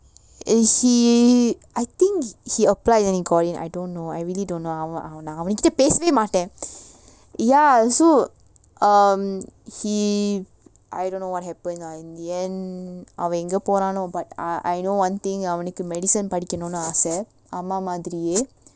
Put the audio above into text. uh he I think he applied and he got in I don't know I really don't know நா அவன் கிட்ட பேசவே மாட்டேன்:naa avan kitta pesavae maattaen ya so um he I don't know what happen lah in the end அவன் எங்க போனானோ:avan enga ponaano but ah I know one thing அவனுக்கு:avanukku medicine படிக்கனும்னு ஆச:padikanumnu aasa